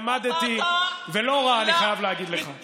למדתי, ולא רע, אני חייב להגיד לך.